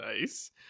Nice